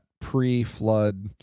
pre-flood